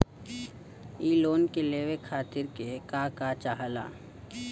इ लोन के लेवे खातीर के का का चाहा ला?